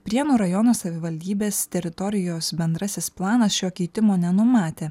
prienų rajono savivaldybės teritorijos bendrasis planas šio keitimo nenumatė